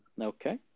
okay